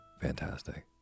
fantastic